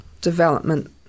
development